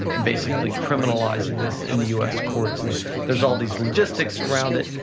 and basically criminalizing this in the us courts, and there's all these logistics around it,